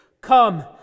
come